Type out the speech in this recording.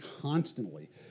constantly